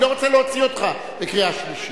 אני לא רוצה להוציא אותך בקריאה שלישית.